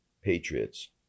patriots